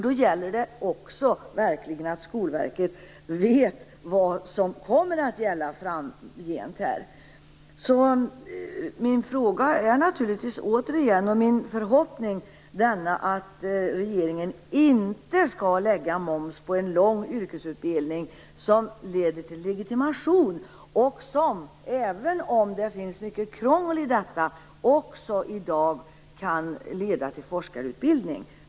Då gäller det också att Skolverket verkligen vet vad som kommer att gälla framgent. Min förhoppning är att regeringen inte skall lägga moms på en lång yrkesutbildning som leder till legitimation och som, även om det finns mycket krångel i detta, i dag också kan leda till forskarutbildning.